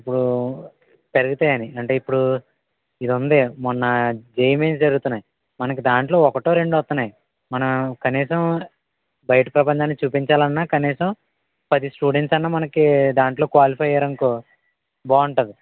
ఇప్పుడు పెరుగుతాయి అని అంటే ఇప్పుడు ఇది ఉంది మొన్న జెఈఈ మెయిన్స్ జరుగుతున్నాయి మనకి దానిలో ఒకటో రెండో వస్తున్నాయి మనం కనీసం బయట ప్రపంచానికి చూపించాలి అన్నా కనీసం పది స్టూడెంట్స్ అయినా మనకి దానిలో క్వాలిఫై అయ్యారు అనుకో బాగుంటుంది